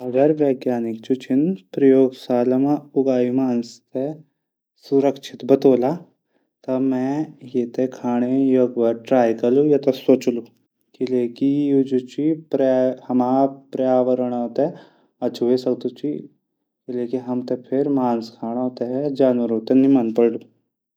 अगर वैज्ञानिक जू छन प्रयोगशाला मा उगाई मांस थै सुरक्षित बतोला त मै ये था खाणा ट्राई कलू फिर सुचुल कीलैकी यू हमरू पर्यावरण थै अछू वे सकदू फिर हमथै मांस खाणू थै जानवरों थै नी मनू प्वाडलू।